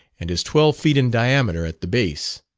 and is twelve feet in diameter at the base.